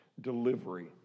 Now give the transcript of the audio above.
delivery